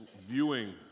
viewing